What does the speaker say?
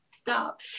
stop